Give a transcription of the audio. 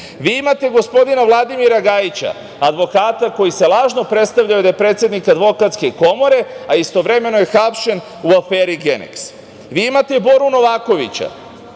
imate gospodina Vladimira Gajića, advokata koji se lažno predstavljao da je predsednik Advokatske komore, a istovremeno je hapšen u aferi „Geneks“.Vi imate Boru Novakovića,